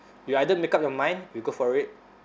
you either make up your mind we go for it